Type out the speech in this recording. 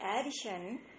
addition